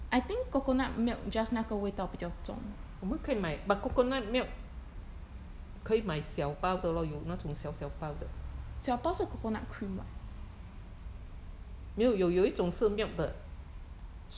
I think coconut milk just 那个味道比较重小包是:na ge wei dao bi jiao zhong coconut cream [what]